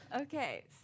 Okay